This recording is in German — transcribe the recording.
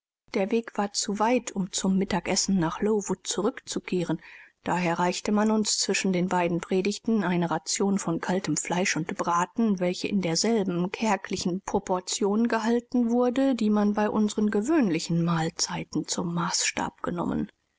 der weg war zu weit um zum mittagessen nach lowood zurückzukehren daher reichte man uns zwischen den beiden predigten eine ration von kaltem fleisch und braten welche in derselben kärglichen proportion gehalten wurde die man bei unseren gewöhnlichen mahlzeiten zum maßstab genommen